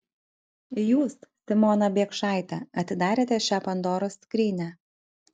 jūs simona biekšaite atidarėte šią pandoros skrynią